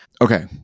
okay